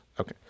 okay